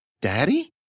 Daddy